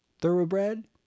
Thoroughbred